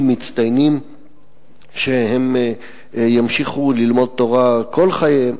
מצטיינים שהם ימשיכו ללמוד תורה כל חייהם.